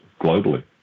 globally